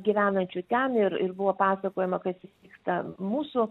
gyvenančių ten ir ir buvo pasakojama kas vyksta mūsų